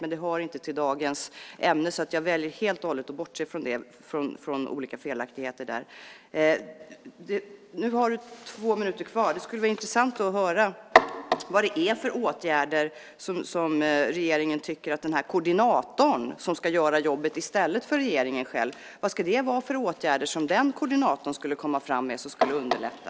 Dock hör det inte till dagens ämne, så jag väljer att helt och hållet bortse från olika felaktigheter där. Nu har du två minuter kvar. Det skulle vara intressant att höra vilka åtgärder regeringen tycker att den här koordinatorn, som ska göra jobbet i stället för regeringen själv, ska komma fram med som skulle underlätta.